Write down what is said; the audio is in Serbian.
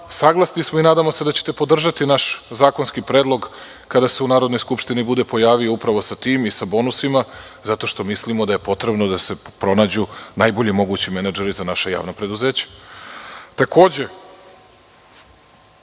Saglasni smo i nadamo se da ćete podržati naš zakonski predlog kada se u Narodnoj skupštini bude pojavio sa tim i bonusima zato što mislimo da je potrebno da se pronađu najbolji mogući menadžeri za naša javna preduzeća. Takođe,